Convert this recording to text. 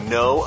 no